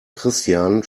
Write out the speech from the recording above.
christian